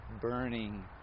burning